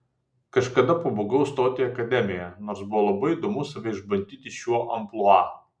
kažkada pabūgau stoti į akademiją nors buvo labai įdomu save išbandyti šiuo amplua